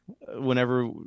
whenever